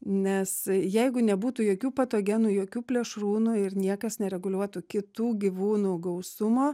nes jeigu nebūtų jokių patogenų jokių plėšrūnų ir niekas nereguliuotų kitų gyvūnų gausumo